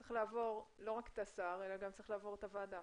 צריך לעבור לא רק את השר אלא גם צריך לעבור את הוועדה.